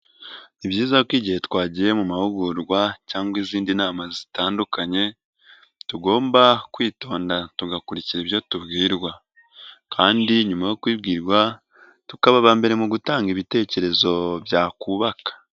Ni byiza ko igihe twagiye mu mahugurwa cyangwa izindi nama zitandukanye tugomba kwitonda tugakurikira ibyo tubwirwa kandi nyuma yo kubibwirwa tukaba aba mbere mu gutanga ibitekerezo byakubaka.